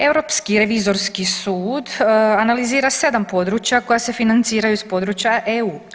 Europski revizorski sud analizira 7 područja koja se financiraju s područja EU.